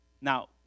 Now